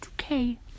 Okay